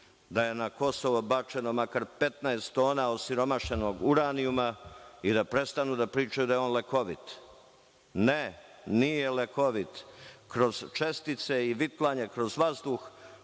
da je na Kosovo bačeno makar 15 tona osiromašenog uranijuma i da prestanu da pričaju da je on lekovit. Ne, nije lekovit, kroz čestice i vitlanje kroz vazduh